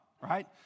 Right